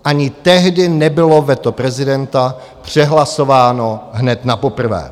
Ani tehdy nebylo veto prezidenta přehlasováno hned napoprvé.